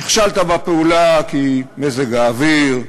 נכשלת בפעולה בגלל מזג האוויר?